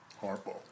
Harpo